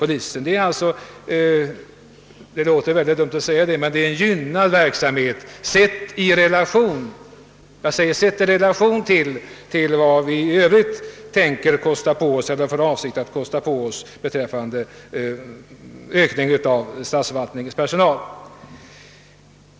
Polisens arbete är alltså en gynnad verksamhet — även om det låter en smula dumt att säga så — sett i relation till vad vi i övrigt kostar på oss när det gäller ökningen av statsförvaltningens personal.